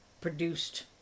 produced